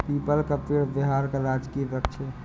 people का पेड़ बिहार का राजकीय वृक्ष है